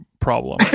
problem